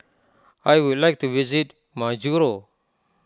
I would like to visit Majuro